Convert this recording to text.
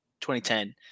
2010